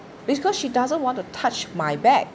because she doesn't want to touch my bag